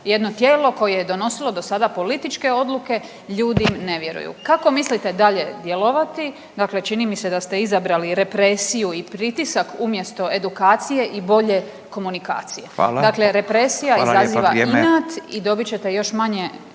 jedno tijelo koje je donosilo do sada političke odluke ljudi ne vjeruju. Kako mislite dalje djelovati? Dakle, čini mi se da ste izabrali represiju i pritisak umjesto edukacije i bolje komunikacije, dakle represija izaziva inat i dobit ćete još manje